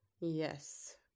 Yes